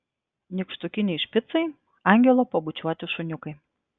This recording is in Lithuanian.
nykštukiniai špicai angelo pabučiuoti šuniukai